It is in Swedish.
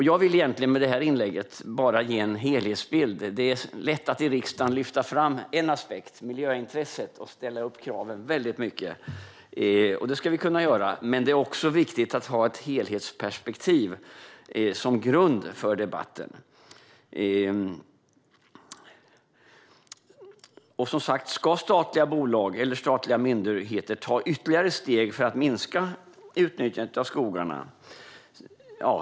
Jag vill egentligen med det här inlägget bara ge en helhetsbild. Det är lätt att i riksdagen lyfta fram en aspekt - miljöintresset - och ställa kraven väldigt högt. Det ska vi kunna göra, men det är också viktigt att ha ett helhetsperspektiv som grund för debatten. Ska statliga bolag eller statliga myndigheter ta ytterligare steg för att minska utnyttjandet av skogarna?